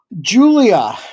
Julia